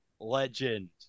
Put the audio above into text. Legend